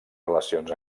relacions